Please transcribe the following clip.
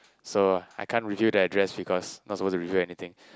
so I can't reveal the address because not supposed to reveal anything